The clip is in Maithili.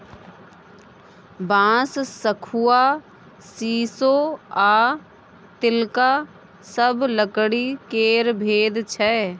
बांस, शखुआ, शीशो आ तिलका सब लकड़ी केर भेद छै